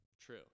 true